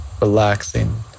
relaxing